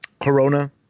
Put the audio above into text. Corona